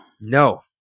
No